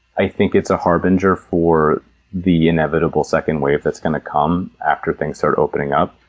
i think it's a harbinger for the inevitable second wave that's going to come after things start opening up,